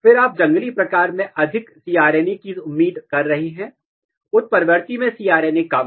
फिर आप जंगली प्रकार में अधिक cRNA की उम्मीद कर रहे हैं उत्परिवर्ती में cRNA कम